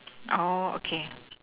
oh okay